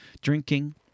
drinking